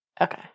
Okay